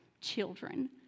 children